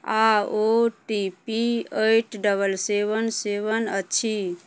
आओर O T P eight double seven seven अछि